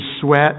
sweat